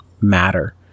matter